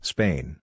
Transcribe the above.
Spain